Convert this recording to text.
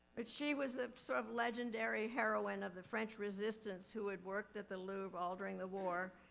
but she was the sort of legendary heroine of the french resistance who had worked at the louvre all during the war.